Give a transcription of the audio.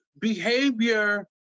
behavior